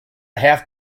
half